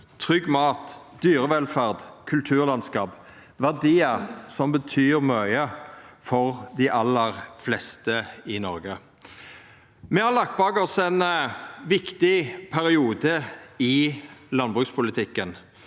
trygg mat, dyrevelferd og kulturlandskap – verdiar som betyr mykje for dei aller fleste i Noreg. Me har lagt bak oss ein viktig periode i landbrukspolitikken.